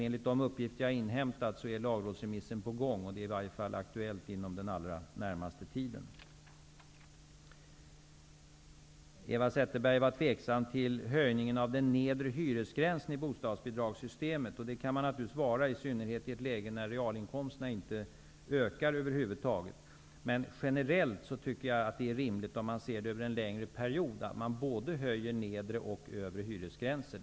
Enligt de uppgifter jag har inhämtat skall lagrådsremissen komma någon gång under den närmaste tiden. Eva Zetterberg var tveksam till höjningen av den nedre hyresgränsen i bostadsbidragssystemet. Det kan man naturligtvis vara, i synnerhet i ett läge när realinkomsterna över huvud taget inte ökar. Men generellt, sett över en längre period, är det rimligt att höja både den nedre och den högre hyresgränsen.